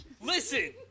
Listen